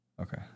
Okay